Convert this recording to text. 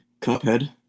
cuphead